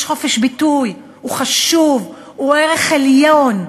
יש חופש ביטוי, הוא חשוב, הוא ערך עליון.